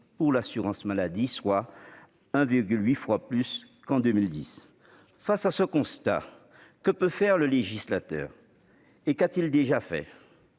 pour l'assurance maladie, soit 1,8 fois plus qu'en 2010. Face à ce constat, que peut faire le législateur et qu'a-t-il déjà fait ?